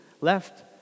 left